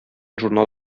журнал